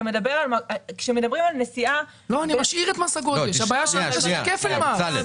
אני משאיר את מס הגודש אבל הבעיה שלי היא שיש כפל מס,